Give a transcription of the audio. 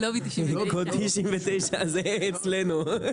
לובי 99. קוד 99 זה אצלנו.